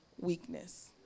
weakness